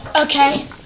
Okay